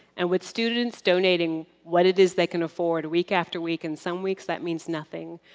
and with students donating what it is they can afford week after week, and some weeks that means nothing.